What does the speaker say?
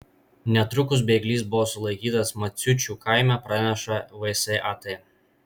netrukus bėglys buvo sulaikytas maciučių kaime praneša vsat